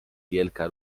wielka